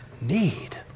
need